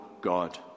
God